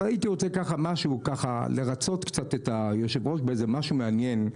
אבל הייתי רוצה משהו לרצות קצת את היושב ראש באיזה משהו מעניין.